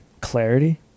clarity